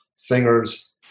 Singers